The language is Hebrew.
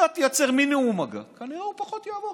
אתה תייצר מינימום מגע, כנראה הוא פחות יעבור.